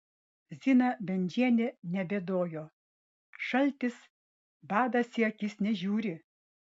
zina bendžienė nebėdojo šaltis badas į akis nežiūri